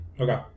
Okay